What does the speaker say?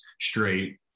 straight